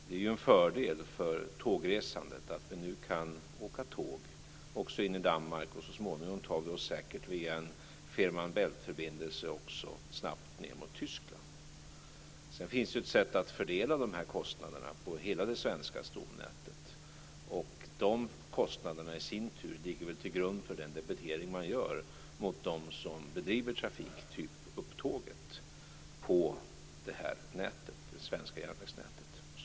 Det är en fördel för tågresandet att vi nu kan åka tåg också in i Danmark, och så småningom tar vi oss säkert via en Fehmarn bält-förbindelse också snabbt ned till Tyskland. Det finns ett sätt att fördela de här kostnaderna på hela det svenska stomnätet, och de kostnaderna ligger nog i sin tur till grund för den debitering man gör mot dem som driver trafik, typ Upptåget, på det svenska järnvägsnätet.